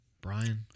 Brian